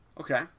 Okay